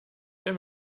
der